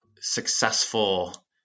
successful